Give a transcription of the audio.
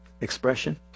expression